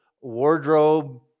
wardrobe